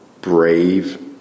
brave